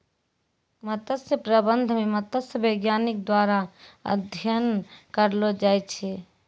मत्स्य प्रबंधन मे मत्स्य बैज्ञानिक द्वारा अध्ययन करलो जाय छै